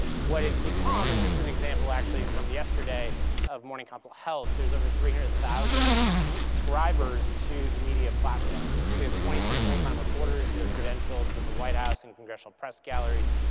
what it's become and this is an example actually from yesterday of morning consult health, there's over three hundred thousand subscribers to the media platform. we have twenty two full-time reporters, they're credentialed with the white house and congressional press galleries,